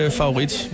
favorit